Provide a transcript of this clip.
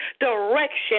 direction